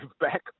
back